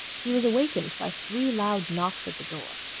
he was awakened by three loud knocks at the door.